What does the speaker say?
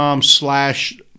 slash